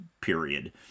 period